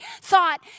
thought